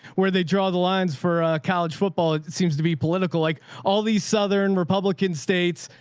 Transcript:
where they draw the lines for college football seems to be political. like all these southern republican states,